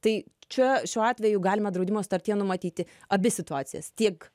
tai čia šiuo atveju galima draudimo sutartyje numatyti abi situacijas tiek